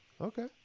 Okay